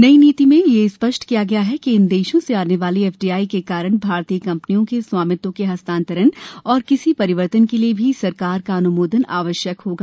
नई नीति में यह स्पष्ट किया गया है कि इन देशों से आने वाली एफ डी आई के कारण भारतीय कंपनियों के स्वामित्व के हस्तान्तरण और किसी परिवर्तन के लिए भी सरकार का अन्मोदन आवश्यक होगा